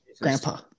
grandpa